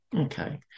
Okay